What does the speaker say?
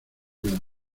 nada